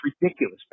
ridiculous